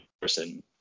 person